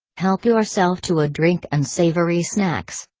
help yourself to a drink and savory snacks.